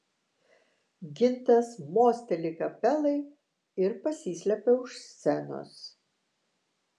gintas mosteli kapelai ir pasislepia už scenos